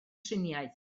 triniaeth